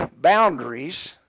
boundaries